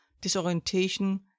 disorientation